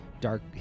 dark